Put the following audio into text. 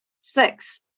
Six